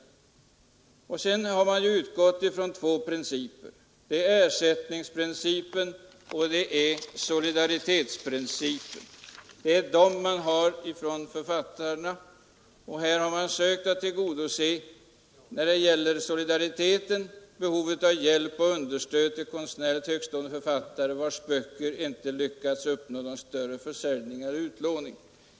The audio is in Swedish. Man har utgått från två principer, ersättningsprincipen och solidaritetsprincipen. När det gäller solidariteten har man sökt tillgodose behovet av hjälp och understöd till konstnärligt högtstående författare vilkas böcker inte lyckats nå någon större försäljning eller utlåning.